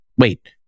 Wait